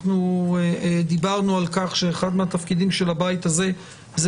אנחנו דיברנו על כך שאחד מהתפקידים של הבית הזה הוא